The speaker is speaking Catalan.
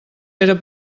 era